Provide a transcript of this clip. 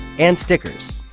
and stickers.